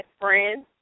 friends